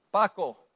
Paco